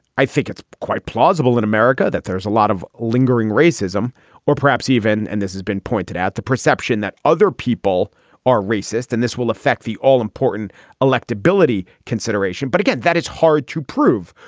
i think it's quite plausible in america that there's a lot of lingering racism or perhaps even and this this has been pointed out, the perception that other people are racist and this will affect the all important electability consideration. but again, that is hard to prove.